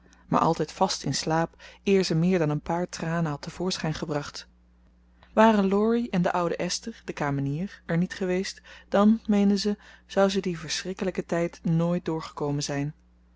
maar altijd vast in slaap eer ze meer dan een paar tranen had te voorschijn gebracht waren laurie en de oude esther de kamenier er niet geweest dan meende ze zou ze dien verschrikkelijken tijd nooit doorgekomen zijn